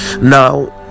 now